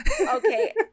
okay